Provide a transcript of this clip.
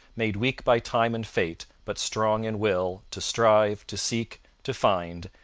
made weak by time and fate, but strong in will to strive, to seek, to find,